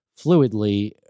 fluidly